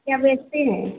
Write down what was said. क्या बेचती हैं